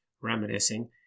reminiscing